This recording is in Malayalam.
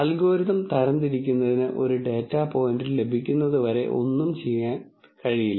അൽഗോരിതം തരംതിരിക്കുന്നതിന് ഒരു ഡാറ്റാ പോയിന്റ് ലഭിക്കുന്നതുവരെ ഒന്നും ചെയ്യുന്നില്ല